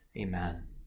amen